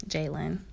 Jalen